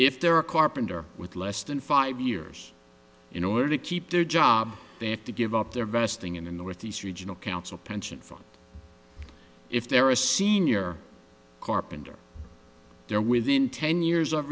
if they're a carpenter with less than five years in order to keep their job they have to give up their vesting in the northeast regional council pension fund if they're a senior carpenter they're within ten years of